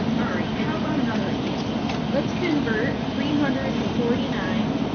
ah how about another example? let's convert three hundred and forty nine